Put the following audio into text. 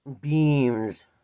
beams